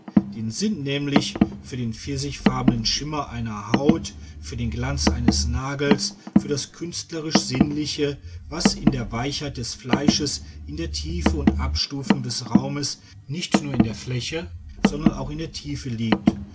den sinn nämlich für den pfirsichfarbenen schimmer einer haut für den glanz eines nagels für das künstlerisch sinnliche was in der weichheit des fleisches in der tiefe und abstufung des raumes nicht nur in der fläche sondern auch in der tiefe liegt